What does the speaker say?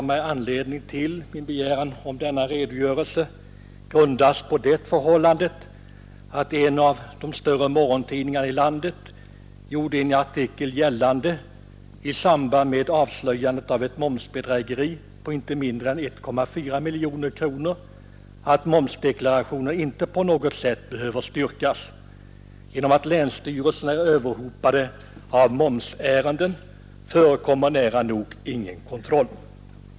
Min begäran om denna redogörelse grundas på det förhållandet att en av de större morgontidningarna i landet i en artikel i samband med avslöjandet av ett momsbedrägeri på inte mindre än 1,4 miljoner kronor gjorde gällande att momsdeklarationer inte på något sätt behöver styrkas. Genom att länsstyrelserna är överhopade av momsärenden förekommer nära nog ingen kontroll.